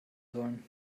sollen